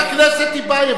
חבר הכנסת טיבייב,